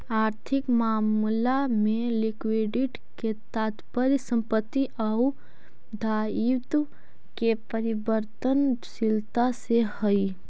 आर्थिक मामला में लिक्विडिटी के तात्पर्य संपत्ति आउ दायित्व के परिवर्तनशीलता से हई